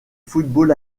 football